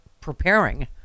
preparing